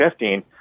2015